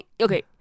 okay